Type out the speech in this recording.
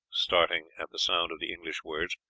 starting at the sound of the english words,